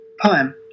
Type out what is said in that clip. poem